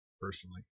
personally